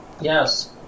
Yes